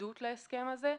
בהתנגדות להסכם הזה,